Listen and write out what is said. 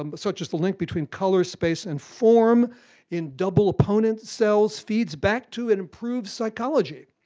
um but such as the link between color space and form in double opponent cells, feeds back to and improves psychology.